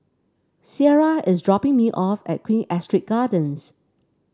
Ciera is dropping me off at Queen Astrid Gardens